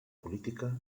política